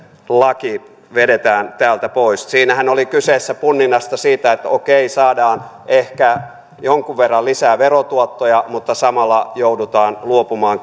laki vedetään täältä pois siinähän oli kyseessä punninta siitä että okei saadaan ehkä jonkun verran lisää verotuottoja mutta samalla joudutaan luopumaan